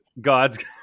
God's